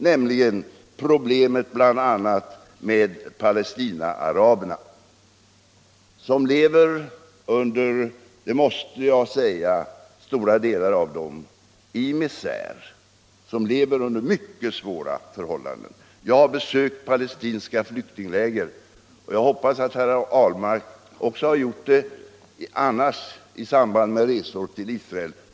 Det är bl.a. problemet med Palestinaaraberna, som i stor utsträckning — det måste jag säga — lever i misär, under mycket svära förhållanden. Jag har besökt palestinska flyktingläger, och jag hoppas att herr Ahlmark också har gjort det. Gör det annars i samband med resor till Israel!